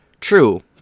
True